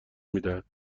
میدهد